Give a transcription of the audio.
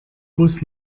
bus